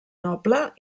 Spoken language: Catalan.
noble